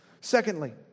Secondly